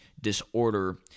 disorder